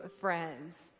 friends